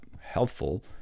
helpful